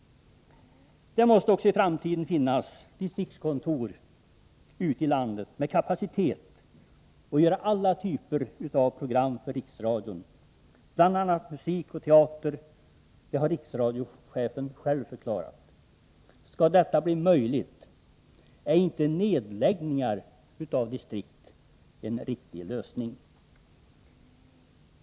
Det måste också i framtiden finnas distriktskontor ute i landet med kapacitet att göra alla typer av program för Riksradion, bl.a. musik och teater. Det har riksradiochefen själv förklarat. Skall detta bli möjligt är inte nedläggningar av distrikt en riktig lösning.